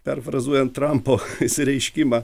perfrazuojant trampo išsireiškimą